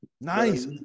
Nice